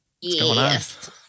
yes